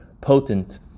potent